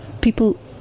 People